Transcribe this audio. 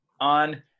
on